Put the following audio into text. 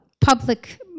public